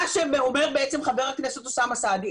מה שאומר בעצם חבר הכנסת אוסאמה סעדי,